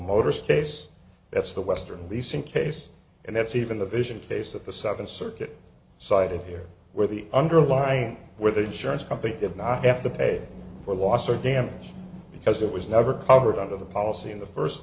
motors case that's the western leasing case and that's even the vision case that the seven circuit cited here where the underlying where the insurance company did not have to pay for loss or damage because it was never covered under the policy in the first